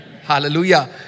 Hallelujah